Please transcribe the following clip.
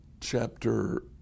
Chapter